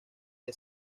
the